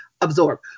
absorb